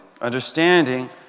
understanding